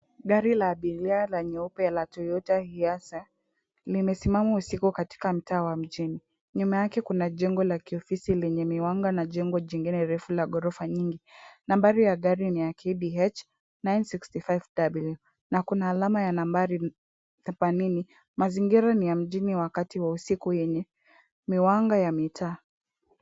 Gari la abiria la nyeupe la Toyota Hiace, limesimama usiku katika mtaa wa mjini. Nyuma yake kuna jengo la kiofisi lenye miwanga na jengo lingine refu la ghorofa nyingi. Nambari ya gari ni ya KDH 965W na kuna alama ya nambari themanini. Mazingira ni ya mjini wakati wa usiku yenye miwanga ya mitaa.